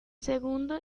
segundo